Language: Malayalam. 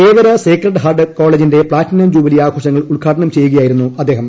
തേവര സേക്രട്ട് ഹാർട്ട് കോളേജിന്റെ പ്ലാറ്റിനം ജൂബിലി ആഘോഷങ്ങൾ ഉദ്ഘാടനം ചെയ്യുകയായിരുന്നു അദ്ദേഹം